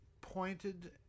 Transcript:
pointed